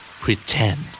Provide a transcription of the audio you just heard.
Pretend